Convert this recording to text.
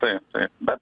taip taip bet